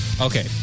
Okay